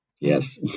Yes